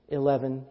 eleven